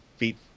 feet